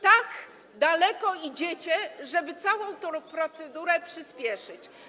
Tak daleko idziecie, żeby całą tę procedurę przyspieszyć.